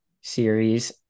series